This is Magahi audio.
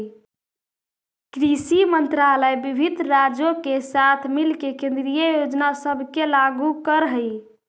कृषि मंत्रालय विभिन्न राज्यों के साथ मिलके केंद्रीय योजना सब के लागू कर हई